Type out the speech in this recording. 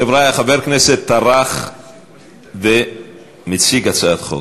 חבריה, חבר כנסת טרח ומציג הצעת חוק.